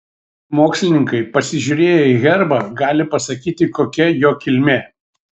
mokslininkai pasižiūrėję į herbą gali pasakyti kokia jo kilmė